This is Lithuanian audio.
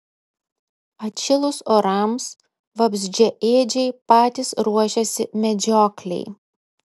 atšilus orams vabzdžiaėdžiai patys ruošiasi medžioklei